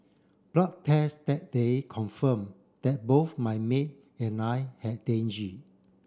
blood test that day confirm that both my maid and I had